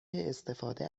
استفاده